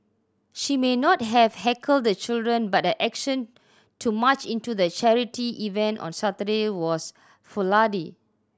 she may not have heckled the children but her action to march into the charity event on Saturday was foolhardy